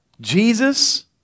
Jesus